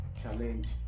challenge